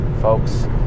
folks